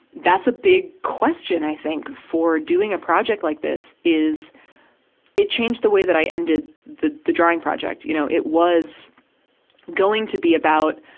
that's a big question, i think, for doing a project like this, is it changed the way that i ended the, the drying project. you know, it was going to be about,